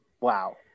Wow